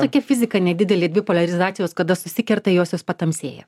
tokia fizika nedidelė dvi poliarizacijos kada susikerta jos jos patamsėja